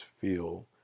feel